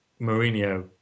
Mourinho